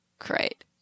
great